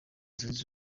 zunze